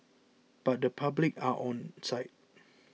but the public are onside